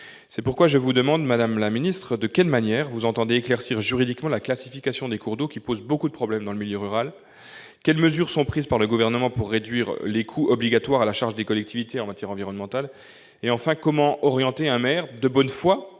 C'est pourquoi je vous demande, madame la secrétaire d'État, de quelle manière vous entendez éclaircir juridiquement la classification des cours d'eau, qui pose beaucoup de problèmes dans le milieu rural. Quelles mesures sont-elles prises par le Gouvernement pour réduire les coûts obligatoires à la charge des collectivités en matière environnementale ? Enfin, comment orienter un maire de bonne foi,